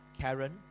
Karen